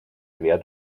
quer